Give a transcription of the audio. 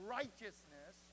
righteousness